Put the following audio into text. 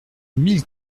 mille